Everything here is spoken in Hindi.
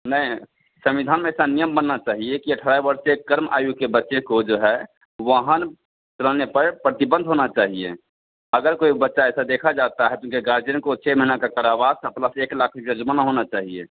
नहीं संविधान में ऐसा नियम बनना चाहिये कि अठारह वर्ष से कर्म आयु के बच्चे को जो है वाहन चलाने पर प्रतिबंध होना चाहिये अगर कोई बच्चा ऐसा देखा जाता है जिनके गार्जियन को छः महिना तक कारावास और एक लाख रुपये जुर्माना होना चाहिये